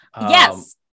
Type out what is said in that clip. Yes